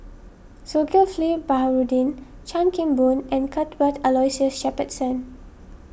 Zulkifli Baharudin Chan Kim Boon and Cuthbert Aloysius Shepherdson